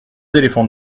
éléphants